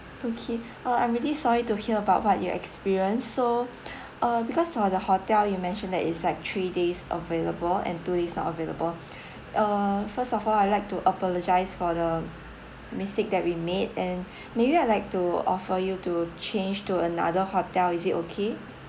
okay uh I'm really sorry to hear about what you experienced so uh because for the hotel you mentioned that it's like three days available and two days not available uh first of all I like to apologise for the mistake that we made and maybe I like to offer you to change to another hotel is it okay